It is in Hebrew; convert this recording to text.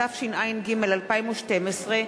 התשע"ג 2012,